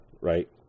right